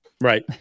Right